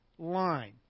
line